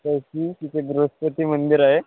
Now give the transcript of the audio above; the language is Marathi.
चौकी तिथे बृहस्पती मंदिर आहे